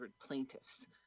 plaintiffs